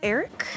Eric